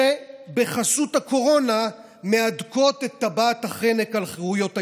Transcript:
שבחסות הקורונה מהדקות את טבעת החנק על חירויות היסוד,